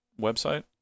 website